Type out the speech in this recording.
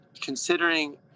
considering